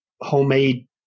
homemade